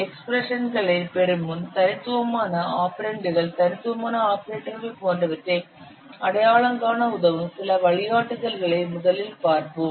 எக்ஸ்பிரஷன்களை பெறும் முன் தனித்துவமான ஆபரெண்டுகள் தனித்துவமான ஆபரேட்டர்கள் போன்றவற்றை அடையாளம் காண உதவும் சில வழிகாட்டுதல்களை முதலில் பார்ப்போம்